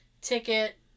ticket